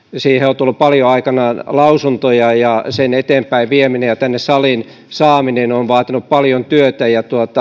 on tullut paljon aikanaan lausuntoja ja sen eteenpäinvieminen ja tänne saliin saaminen on vaatinut paljon työtä ja